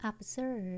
Observe